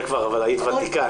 אבל היית ותיקה,